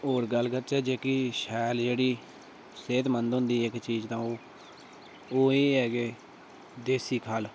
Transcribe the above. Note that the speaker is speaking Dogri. होर गल्ल करचै जेह्की शैल जेह्ड़ी सेह्तमंद होंदी जेह्की चीज तां ओह् ओह् एह् ऐ कि देसी खल